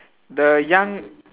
the young